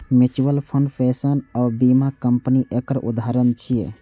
mutual fund, pension आ बीमा company एकर उदाहरण छियै